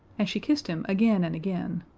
and she kissed him again and again.